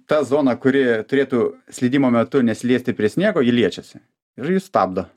ta zona kuri turėtų slydimo metu nesiliesti prie sniego ji liečiasi ir ji stabdo